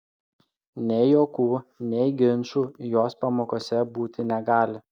nei juokų nei ginčų jos pamokose būti negali